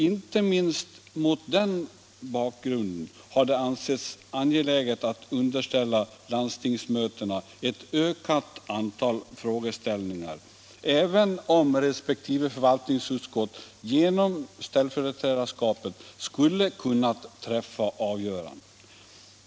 Inte minst mot den bakgrunden har det ansetts angeläget att underställa landstingsmötena ett ökat antal frågor, även om respektive förvaltningsutskott genom ställföreträdarskapet skulle ha kunnat träffa avgöranden.